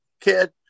kid